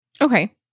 Okay